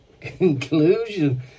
conclusion